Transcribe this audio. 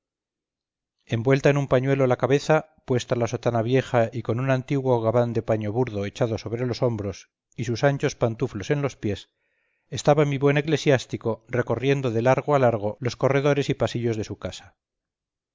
envuelta en un pañuelo la cabeza puesta la sotana vieja y con un antiguo gabán de paño burdo echado sobre los hombros y sus anchos pantuflos en los pies estaba mi buen eclesiástico recorriendo de largo a largo los corredores y pasillos de su casa